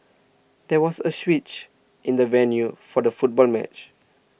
there was a switch in the venue for the football match